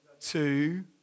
two